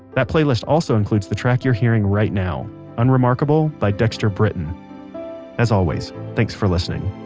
that playlist also includes the track you're hearing right now unremarkable by dexter britain as always, thanks for listening